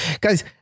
guys